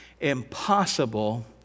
impossible